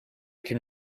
can